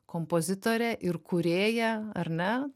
kompozitorė ir kūrėja ar ne